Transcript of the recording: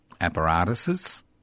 apparatuses